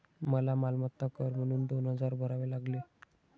मला मालमत्ता कर म्हणून दोन हजार भरावे लागले